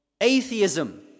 Atheism